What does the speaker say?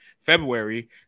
February